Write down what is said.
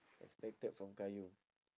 expected from qayyum